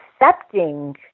accepting